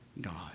God